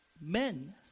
men